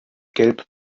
gelb